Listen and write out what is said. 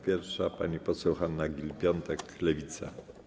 Pierwsza pani poseł Hanna Gill-Piątek, Lewica.